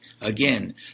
Again